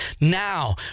now